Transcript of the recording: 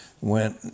went